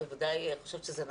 אני חושבת שזה נכון,